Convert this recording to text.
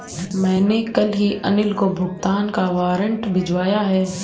मैंने कल ही अनिल को भुगतान का वारंट भिजवाया है